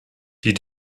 die